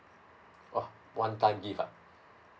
oh one time gift ah